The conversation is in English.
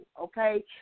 okay